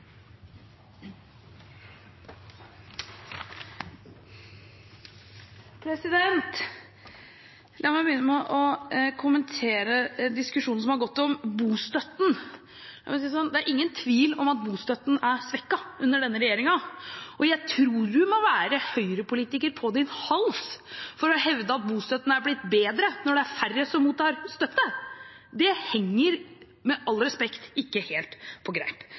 La meg begynne med å kommentere diskusjonen som har gått om bostøtten. Det er ingen tvil om at bostøtten er svekket under denne regjeringen, og jeg tror du må være Høyre-politiker på din hals for å hevde at bostøtten har blitt bedre når det er færre som mottar støtte. Det henger med all respekt ikke helt på greip.